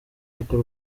rwo